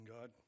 God